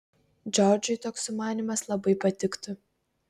džordžui toks sumanymas labai patiktų